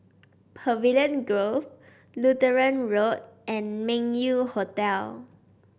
Pavilion Grove Lutheran Road and Meng Yew Hotel